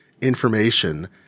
information